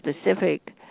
specific